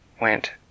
went